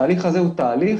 התהליך הזה הוא תהליך,